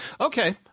Okay